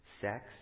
sex